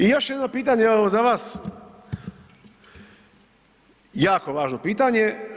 I još jedno pitanje evo za vas, jako važno pitanje.